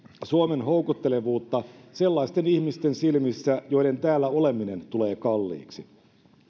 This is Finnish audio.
suomen houkuttelevuutta sellaisten ihmisten silmissä joiden täällä oleminen tulee kalliiksi